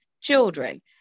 children